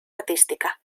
artística